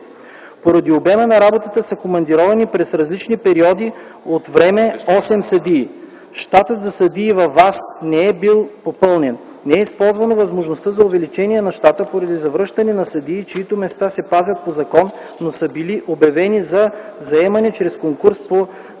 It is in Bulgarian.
Поради обема на работата са командировани през различни периоди от време 8 съдии. Щатът за съдии във ВАС не е бил попълнен. Не е използвана възможността за увеличение на щата, поради завръщане на съдии, чиито места се пазят по закон, но са били обявени за заемане чрез конкурс по